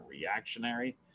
reactionary